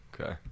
Okay